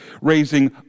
raising